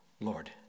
Lord